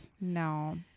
No